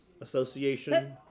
Association